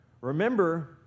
remember